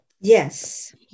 Yes